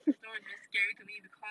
totoro is very scary to me because